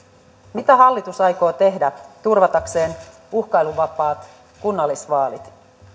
mitä hallitus aikoo tehdä turvatakseen uhkailuvapaat kunnallisvaalit